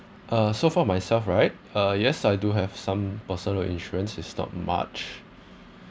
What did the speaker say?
uh so for myself right uh yes I do have some personal insurance it's not much